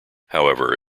however